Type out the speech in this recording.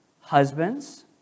Husbands